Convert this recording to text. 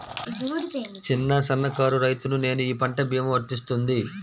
చిన్న సన్న కారు రైతును నేను ఈ పంట భీమా వర్తిస్తుంది?